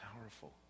powerful